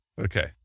Okay